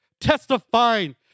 testifying